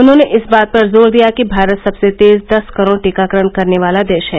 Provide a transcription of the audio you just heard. उन्होंने इस बात पर जोर दिया कि भारत सबसे तेज दस करोड़ टीकाकरण करने वाला देश है